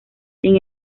sin